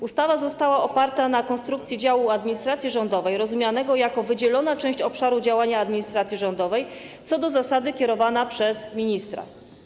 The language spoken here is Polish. Ustawa została oparta na konstrukcji działu administracji rządowej, rozumianego jako wydzielona część obszaru działania administracji rządowej co do zasady kierowana przez ministra.